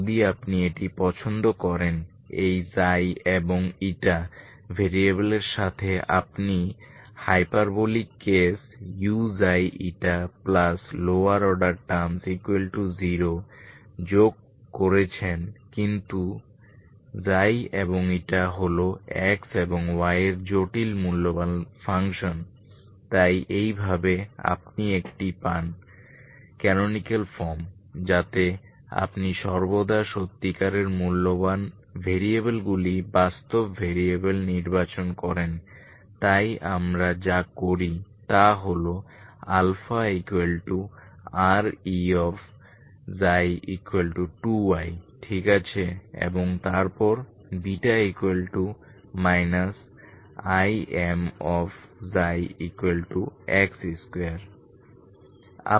যদি আপনি এটি পছন্দ করেন এই ξ এবং η ভেরিয়েবলের সাথে আপনি hyperbolic case lower order terms 0 যোগ করেছেন কিন্তু ξ এবং η হল x এবং y এর জটিল মূল্যবান ফাংশন তাই এইভাবে আপনি একটি পান ক্যানোনিকাল ফর্ম যাতে আপনি সর্বদা সত্যিকারের মূল্যবান ভেরিয়েবলগুলি বাস্তব ভেরিয়েবল নির্বাচন করেন তাই আমরা যা করি তা হল αRe2y ঠিক আছে এবং তারপর β Imx2